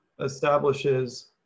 establishes